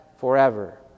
forever